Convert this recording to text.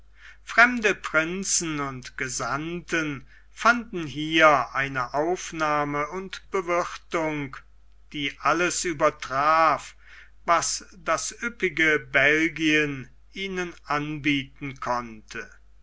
fremde prinzen und gesandten fanden hier eine aufnahme und bewirthung die alles übertraf was das üppige belgien ihnen anbieten konnte